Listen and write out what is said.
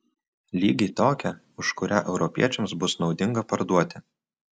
lygiai tokią už kurią europiečiams bus naudinga parduoti